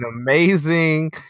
amazing